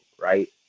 right